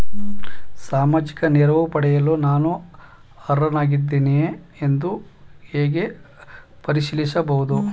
ಸಾಮಾಜಿಕ ನೆರವು ಪಡೆಯಲು ನಾನು ಅರ್ಹನಾಗಿದ್ದೇನೆಯೇ ಎಂದು ಹೇಗೆ ಪರಿಶೀಲಿಸಬಹುದು?